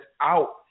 out